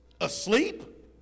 asleep